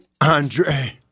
Andre